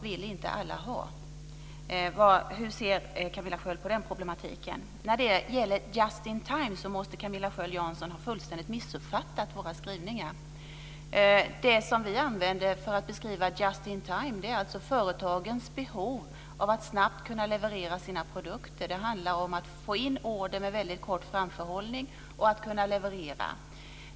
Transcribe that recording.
Hur ser Camilla Sköld Jansson på den problematiken? När det gäller just-in-time måste Camilla Sköld Jansson ha fullständigt missuppfattat våra skrivningar. Det som vi använder för att beskriva just-in-time är företagens behov av att snabbt kunna leverera sina produkter. Det handlar om att få in order med väldigt kort framförhållning och att kunna leverera.